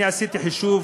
אני עשיתי חישוב.